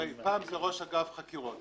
פעם זה ראש אגף חקירות,